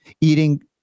eating